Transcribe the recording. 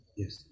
yes